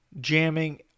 jamming